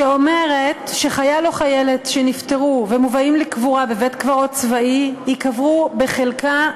שחייל או חיילת שנפטרו ומובאים לקבורה בבית-קברות צבאי ייקברו בחלקה,